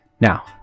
Now